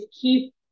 keep